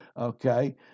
okay